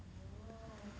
!aiyo!